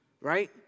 right